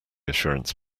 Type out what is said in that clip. assurance